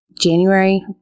January